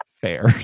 Fair